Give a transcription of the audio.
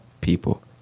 people